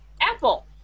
Apple